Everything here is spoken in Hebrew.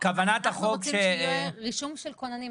אנחנו רוצים שיהיה רישום של כוננים.